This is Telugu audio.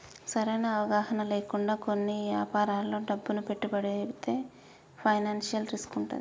సరైన అవగాహన లేకుండా కొన్ని యాపారాల్లో డబ్బును పెట్టుబడితే ఫైనాన్షియల్ రిస్క్ వుంటది